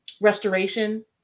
restoration